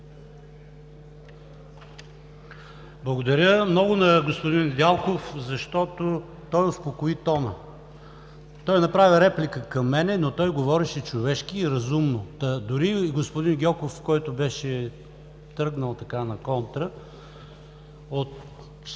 Благодаря много на господин Недялков, защото той успокои тона. Направи реплика към мен, но говореше човешки и разумно, та дори и господин Гьоков, който беше тръгнал на контра,